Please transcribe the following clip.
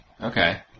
Okay